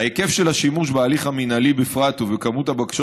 ההיקף של השימוש בהליך המינהלי בפרט ובמספר